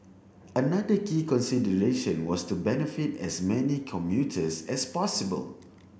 another key consideration was to benefit as many commuters as possible